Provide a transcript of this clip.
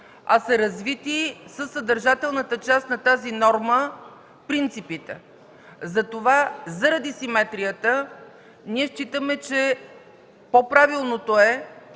а са развити със съдържателната част на тази норма принципите. Затова, заради симетрията, ние считаме, че по-правилното е